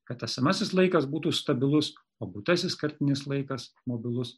kad esamasis laikas būtų stabilus o būtasis kartinis laikas mobilus